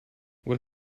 what